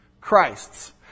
Christ's